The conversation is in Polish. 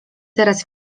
teraz